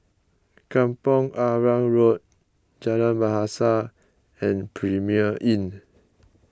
Kampong Arang Road Jalan Bahasa and Premier Inn